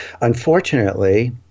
unfortunately—